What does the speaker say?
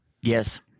Yes